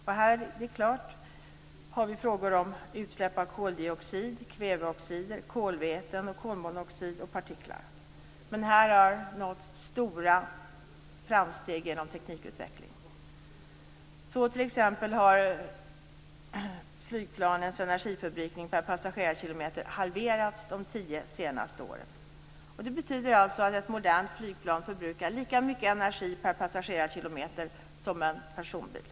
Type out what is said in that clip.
Här handlar det naturligtvis om utsläpp av koldioxid, kväveoxid, kolväten, kolmonoxid och partiklar, men här har nåtts stora framsteg genom teknikutveckling. T.ex. har flygplanens energiförbrukning per passagerarkilometer halverats de senaste tio åren. Det betyder alltså att ett modernt flygplan förbrukar lika mycket energi per passagerarkilometer som en personbil.